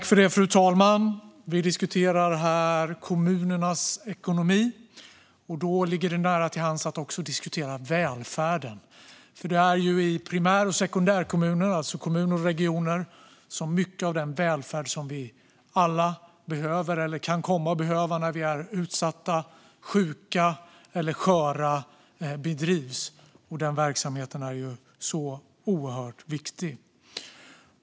Fru talman! Vi diskuterar här kommunernas ekonomi, och då ligger det nära till hands att också diskutera välfärden. Det är i primär och sekundärkommunerna, alltså i kommuner och regioner, som mycket av den välfärd bedrivs som vi alla behöver eller kan komma att behöva när vi är utsatta, sjuka eller sköra. Den verksamheten är oerhört viktig.